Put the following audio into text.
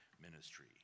ministry